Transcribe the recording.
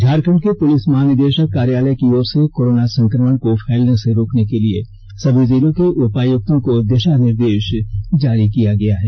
झारखंड के पुलिस महानिदेषक कार्यालय की ओर से कोरोना संक्रमण को फैलने से रोकने के लिए सभी जिलों के उपायुक्तों को दिषा निर्देष जारी किया गया है